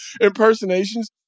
Impersonations